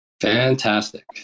Fantastic